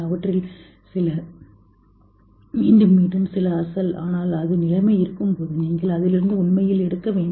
அவற்றில் சில மீண்டும் மீண்டும் சில அசல் ஆனால் அது நிலைமை இருக்கும்போது நீங்கள் அதிலிருந்து உண்மையில் எடுக்க வேண்டும்